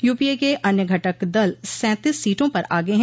UPA के अन्य घटक दल ने सैंतीस सीटों पर आगे है